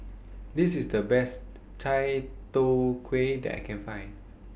This IS The Best Chai Tow Kuay that I Can Find